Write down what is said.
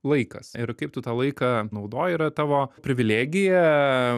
laikas ir kaip tu tą laiką naudoji yra tavo privilegija